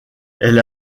elle